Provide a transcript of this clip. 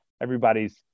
everybody's